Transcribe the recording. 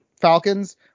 Falcons